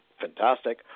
fantastic